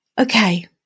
Okay